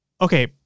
Okay